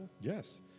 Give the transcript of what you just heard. Yes